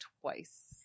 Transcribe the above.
twice